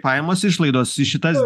pajamos išlaidos į šitas